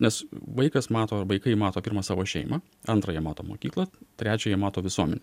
nes vaikas mato vaikai mato pirma savo šeimą antra jie mato mokyklą trečia jie mato visuomenę